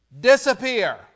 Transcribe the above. disappear